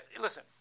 listen